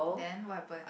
then what happen